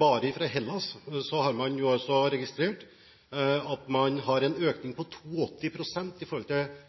Bare fra Hellas har man registrert en økning på 82 pst. av personer som søker skattekort i Norge, fra Spania er det en økning på